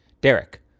Derek